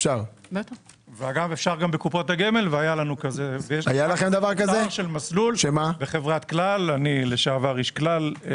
אפשר גם בקופות הגמל והיה לנו את זה אני לשעבר איש כלל.